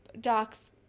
Doc's